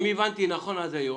אם הבנתי נכון עד היום,